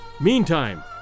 Meantime